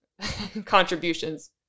contributions